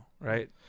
right